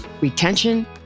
retention